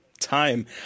time